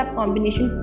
combination